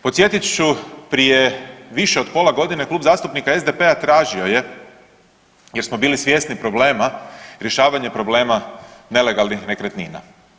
Podsjetit ću prije više od pola godine Klub zastupnika SDP-a tražio je jer smo bili svjesni problema, rješavanje problema nelegalnih nekretnina.